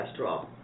cholesterol